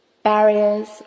Barriers